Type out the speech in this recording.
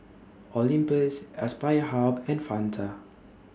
Olympus Aspire Hub and Fanta